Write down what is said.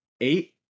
eight